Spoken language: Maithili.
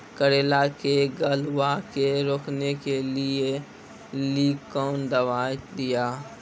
करेला के गलवा के रोकने के लिए ली कौन दवा दिया?